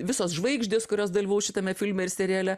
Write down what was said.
visos žvaigždės kurios dalyvaus šitame filme ir seriale